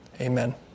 Amen